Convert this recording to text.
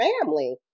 family